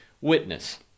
witness